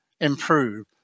improve